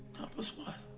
help us what?